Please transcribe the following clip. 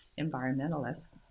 environmentalists